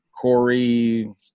Corey –